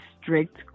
strict